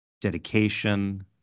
dedication